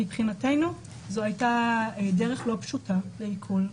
מבחינתנו זו הייתה דרך לא פשוטה לעיכול.